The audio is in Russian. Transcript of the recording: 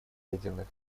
ядерных